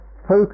focus